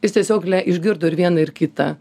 jis tiesiog le išgirdo ir vieną ir kitą